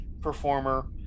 performer